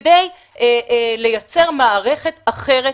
כדי לייצר מערכת אחרת,